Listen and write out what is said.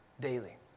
daily